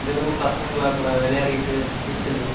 தினமும் பசங்களாக்கூட விளையாடிட்டு நீச்சல்